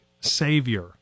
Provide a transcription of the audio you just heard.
savior